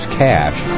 cash